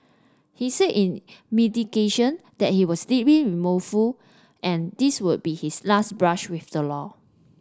he said in mitigation that he was deeply and this would be his last brush with the law